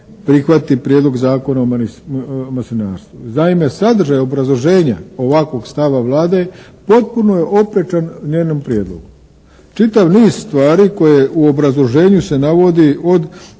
prihvati Prijedlog Zakona o maslinarstvu. Naime, sadržaj obrazloženja ovakvog stava Vlade potpuno je opriječen njenom Prijedlogu. Čitav niz stvari koje u obrazloženju se navodi od